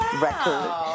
record